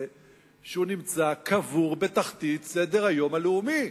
שנמצא קבור בתחתית סדר-היום הלאומי.